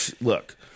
look